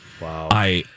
Wow